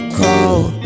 cold